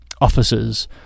officers